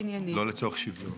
אני פותח בזאת את ישיבת הוועדה.